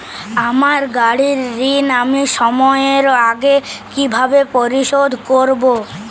আমার গাড়ির ঋণ আমি সময়ের আগে কিভাবে পরিশোধ করবো?